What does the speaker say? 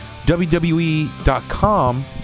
WWE.com